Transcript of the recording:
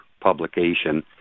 publication